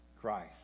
Christ